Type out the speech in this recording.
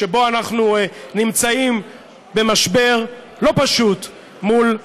שבו אנחנו נמצאים במשבר לא פשוט מול ירדן,